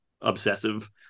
obsessive